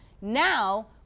now